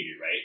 right